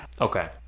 Okay